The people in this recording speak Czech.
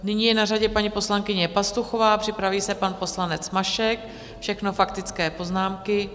Nyní je na řadě paní poslankyně Pastuchová, připraví se pan poslanec Mašek, všechno faktické poznámky.